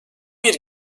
bir